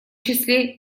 числе